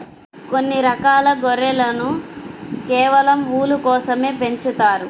కొన్ని రకాల గొర్రెలను కేవలం ఊలు కోసమే పెంచుతారు